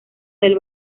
del